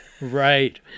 Right